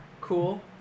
cool